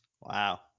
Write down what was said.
wow